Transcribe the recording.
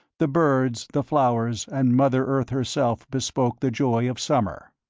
the birds, the flowers, and mother earth herself bespoke the joy of summer.